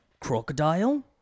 crocodile